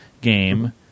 game